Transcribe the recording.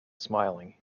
smiling